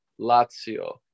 Lazio